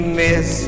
miss